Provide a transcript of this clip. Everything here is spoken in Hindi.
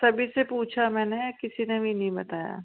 सभी से पूछा मैने किसी ने भी नहीं बताया